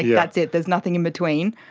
yeah that's it, there's nothing in between,